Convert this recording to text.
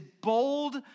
bold